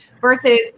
versus